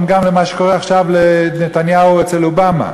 גם למה שקורה עכשיו לנתניהו אצל אובמה: